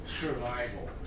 survival